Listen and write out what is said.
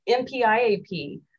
MPIAP